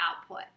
output